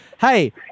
hey